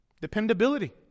dependability